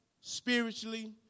spiritually